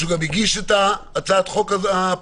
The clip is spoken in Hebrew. שהוא גם הגיש את הצעת החוק הפרטית,